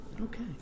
Okay